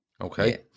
Okay